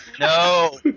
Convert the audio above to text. No